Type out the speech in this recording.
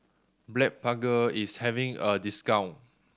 Blephagel is having a discount